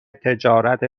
تجارت